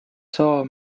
saa